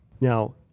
Now